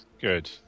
Good